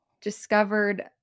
discovered